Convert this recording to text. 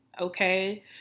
Okay